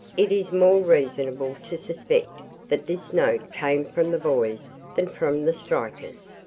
it is more reasonable to suspect that this note came from the boys than from the strikers.